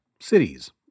cities